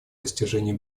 достижение